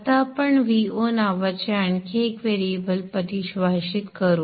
आता आपण Vo नावाचे आणखी 1 व्हेरिएबल परिभाषित करू